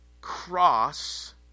cross